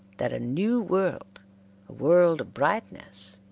that a new world, a world of brightness,